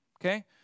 okay